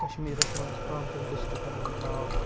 کَشمیٖرَس منٛز پانژَن ڈِسٹرکَن ہُنٛد ناو